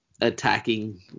attacking